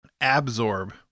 Absorb